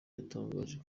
yatangaje